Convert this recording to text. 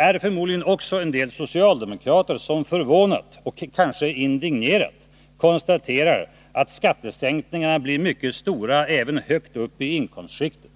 är förmodligen också en del socialdemokrater, som förvånat — och kanske indignerat — konstaterar att skattesänkningarna blir mycket stora även högt upp i inkomstskikten.